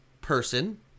person